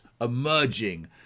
emerging